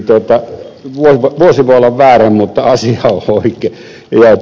vuosi voi olla väärä mutta asia on oikea